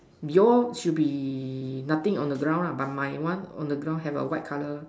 your should be nothing on the ground lah but my one on the ground have a white colour